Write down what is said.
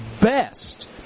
best